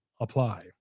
apply